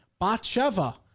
Batsheva